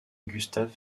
gustave